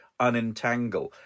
unentangle